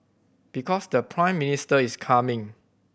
because the Prime Minister is coming